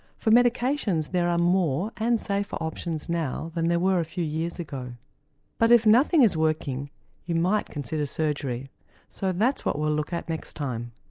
for medications there are more and safer options now than there were a few years ago but if nothing is working you might consider surgery so that's what we'll look at next time.